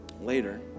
later